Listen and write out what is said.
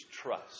Trust